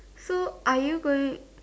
so are you going